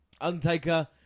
Undertaker